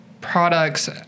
products